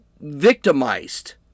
victimized